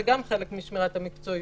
זה גם חלק משמירת המקצועיות,